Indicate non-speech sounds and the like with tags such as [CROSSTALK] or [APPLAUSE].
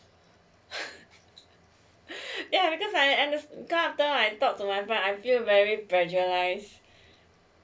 [LAUGHS] [LAUGHS] yeah because I'm just gotta I thought whatever I feel very pressurized